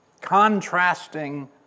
contrasting